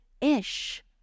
Ish